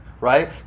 Right